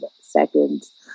seconds